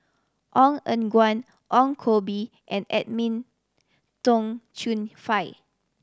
Ong Eng Guan Ong Koh Bee and Edwin Tong Chun Fai